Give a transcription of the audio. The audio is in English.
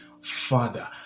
Father